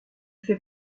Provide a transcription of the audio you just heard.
fait